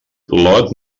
lot